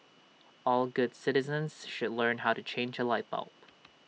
all good citizens should learn how to change A light bulb